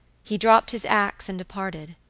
he dropped his axe and departed,